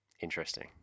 Interesting